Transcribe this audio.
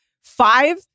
five